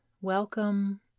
welcome